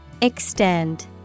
Extend